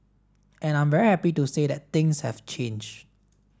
and I'm very happy to say that things have changed